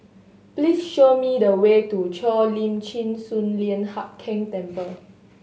please show me the way to Cheo Lim Chin Sun Lian Hup Keng Temple